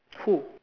who